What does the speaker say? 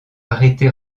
arrêté